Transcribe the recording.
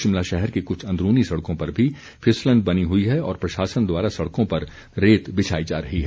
शिमला शहर की कुछ अंदरूनी सड़कों पर भी फिसलन बनी हुई है और प्रशासन द्वारा सड़कों पर रेत बिछाई जा रही है